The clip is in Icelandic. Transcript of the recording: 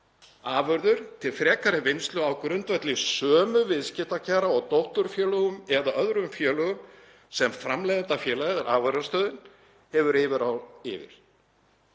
afurðir til frekari vinnslu á grundvelli sömu viðskiptakjara og dótturfélögum eða öðrum félögum sem framleiðendafélagið eða afurðastöðin hefur yfirráð yfir.